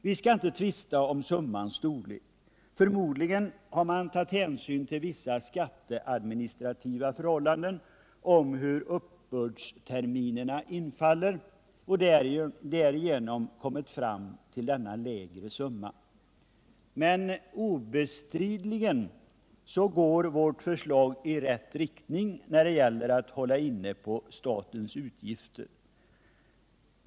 Vi skall inte tvista om summans storlek — förmodligen har man tagit hänsyn till vissa skatteadministrativa förhållanden och till hur uppbördsterminerna infaller och därigenom kommit fram till denna lägre summa. Men obestridligen går vårt förslag i rätt riktning när det gäller att hålla inne med statens utgifter.